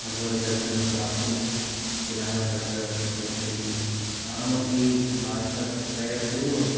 भगवद्दर्शनं प्राप्तुं जनाः तत्र गच्छन्ति अहमपि मासत्रयपूर्वं